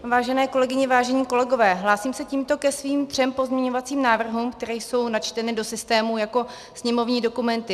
Vážené kolegyně, vážení kolegové, hlásím se tímto ke svým třem pozměňovacím návrhům, které jsou načteny do systému jako sněmovní dokumenty 1816, 1817 a 1853.